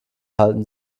halten